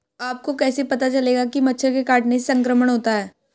आपको कैसे पता चलेगा कि मच्छर के काटने से संक्रमण होता है?